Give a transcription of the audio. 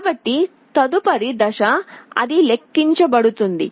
కాబట్టి తదుపరి దశ అది లెక్కించబడుతుంది